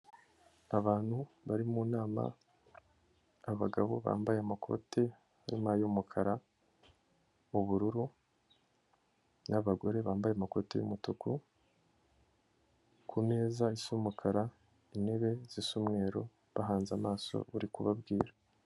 Abantu bari mu nama abagabo bambaye amakote harimo ay'umukara, ubururu n'abagore bambaye amakoti y'umutuku, ku meza isa umukara, intebe zisa umweru, bahanze amaso uri kubabwira.